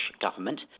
government